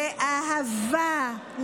לאהבה,